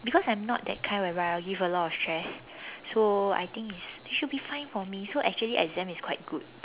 because I'm not that kind whereby I'll give a lot of stress so I think it's they should be fine for me so actually exam is quite good